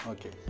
Okay